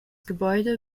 gebäude